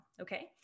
Okay